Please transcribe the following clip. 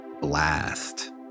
BLAST